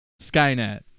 Skynet